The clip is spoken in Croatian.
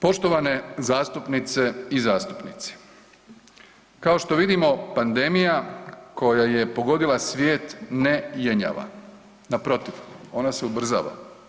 Poštovane zastupnice i zastupnici kao što vidimo pandemija koja je pogodila svijet ne jenjava, naprotiv ona se ubrzava.